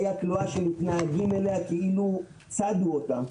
שמתנהגים אליה כאילו צדו אותה.